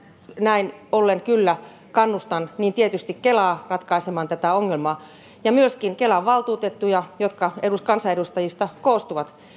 näin ollen kyllä kannustan tietysti kelaa ratkaisemaan tätä ongelmaa ja myöskin kelan valtuutettuja jotka kansanedustajista koostuvat